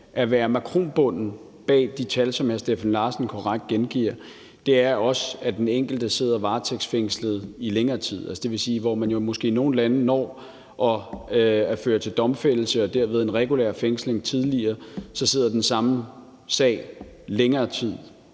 at være makronbunden bag de tal, som hr. Steffen Larsen korrekt gengiver, er, at den enkelte også sidder varetægtsfængslet i længere tid. Det vil jo sige, at der, hvor man måske i nogle lande når at føre det til en domfældelse og derved en regulær fængsling tidligere, så sidder man i den samme sag længere tid.